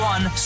One